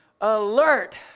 alert